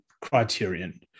criterion